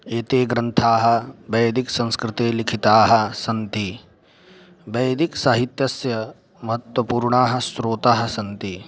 एते ग्रन्थाः वेदिकसंस्कृते लिखिताः सन्ति वैदिकसाहित्यस्य महत्त्वपूर्णाः स्रोतः सन्ति